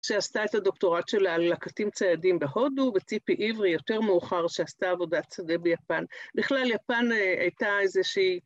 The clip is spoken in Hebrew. שעשתה את הדוקטורט שלה על לקטים ציידים בהודו, וציפי עברי יותר מאוחר שעשתה עבודת שדה ביפן. בכלל יפן הייתה איזושהי...